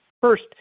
First